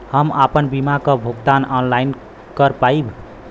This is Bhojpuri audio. हम आपन बीमा क भुगतान ऑनलाइन कर पाईब?